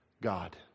God